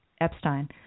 Epstein